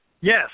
Yes